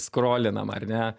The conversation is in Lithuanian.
skrolinam ar ne